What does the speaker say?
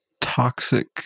toxic